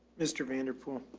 mr vanderpool?